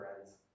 friends